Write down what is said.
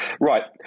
Right